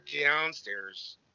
Downstairs